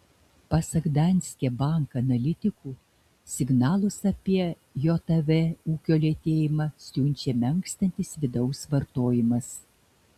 pasak danske bank analitikų signalus apie jav ūkio lėtėjimą siunčia menkstantis vidaus vartojimas